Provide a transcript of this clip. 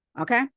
okay